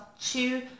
two